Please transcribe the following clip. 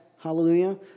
hallelujah